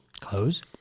Clothes